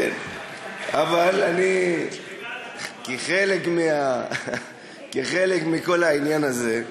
אבל כחלק מכל העניין הזה,